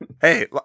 Hey